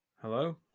Hello